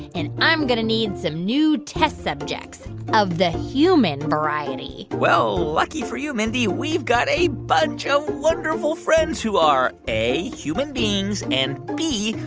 and i'm going to need some new test subjects of the human variety well, lucky for you, mindy, we've got a bunch of wonderful friends who are, a, human beings and, b,